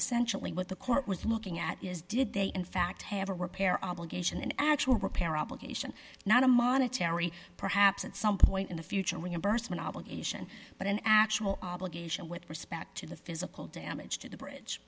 essentially what the court was looking at is did they in fact have a repair obligation and actually repair obligation not a monetary perhaps at some point in the future when a burst of an obligation but an actual obligation with respect to the physical damage to the bridge